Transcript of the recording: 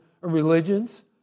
religions